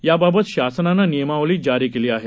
याबाबत शासनानं नियमावली जारी केली आहे